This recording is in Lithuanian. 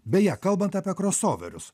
beje kalbant apie kros ouverius